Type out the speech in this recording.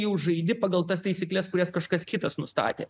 jau žaidi pagal tas taisykles kurias kažkas kitas nustatė